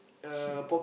cheap